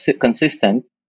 consistent